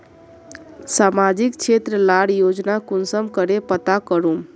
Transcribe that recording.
सामाजिक क्षेत्र लार योजना कुंसम करे पता करूम?